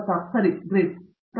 ಪ್ರತಾಪ್ ಹರಿಡೋಸ್ ಸರಿ